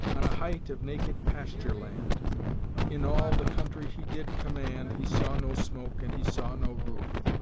on a height of naked pasture land in all the country he did command he saw no smoke and he saw no roof.